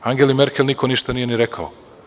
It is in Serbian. Angeli Merkel niko ništa nije ni rekao.